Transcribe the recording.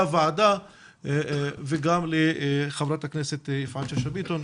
הוועדה וגם לחברת הכנסת יפעת שאשא ביטון,